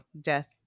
death